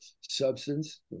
substance